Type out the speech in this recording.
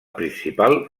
principal